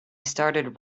started